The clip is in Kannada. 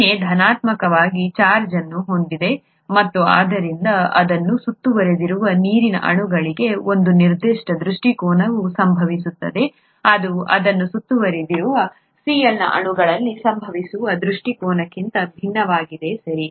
Na ಧನಾತ್ಮಕವಾಗಿ ಚಾರ್ಜ್ಅನ್ನು ಹೊಂದಿದೆ ಮತ್ತು ಆದ್ದರಿಂದ ಅದನ್ನು ಸುತ್ತುವರೆದಿರುವ ನೀರಿನ ಅಣುಗಳಿಗೆ ಒಂದು ನಿರ್ದಿಷ್ಟ ದೃಷ್ಟಿಕೋನವು ಸಂಭವಿಸುತ್ತದೆ ಅದು ಅದನ್ನು ಸುತ್ತುವರೆದಿರುವ Cl ನ ಅಣುಗಳಿಗೆ ಸಂಭವಿಸುವ ದೃಷ್ಟಿಕೋನಕ್ಕಿಂತ ಭಿನ್ನವಾಗಿದೆ ಸರಿ